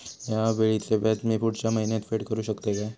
हया वेळीचे व्याज मी पुढच्या महिन्यात फेड करू शकतय काय?